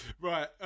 Right